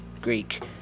Greek